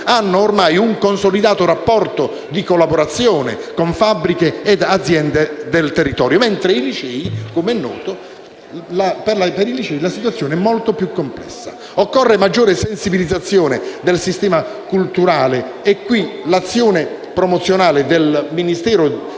hanno ormai un consolidato rapporto di collaborazione con fabbriche e aziende del territorio, mentre per i licei la situazione è molto più complessa. Occorre maggiore sensibilizzazione del sistema culturale e qui l'azione promozionale del Ministero